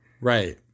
Right